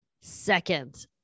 second